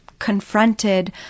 confronted